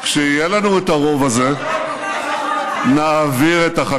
כשיהיה לנו הרוב הזה, יש לך רשת ביטחון.